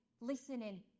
listening